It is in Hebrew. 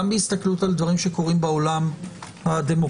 גם מהסתכלות על דברים שקורים בעולם הדמוקרטי,